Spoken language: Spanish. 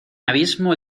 abismo